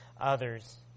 others